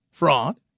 fraud